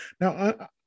Now